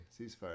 ceasefire